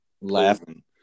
laughing